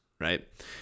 right